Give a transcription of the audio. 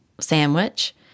sandwich